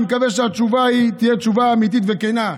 אני מקווה שהתשובה תהיה תשובה אמיתית וכנה,